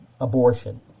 abortion